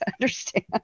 understand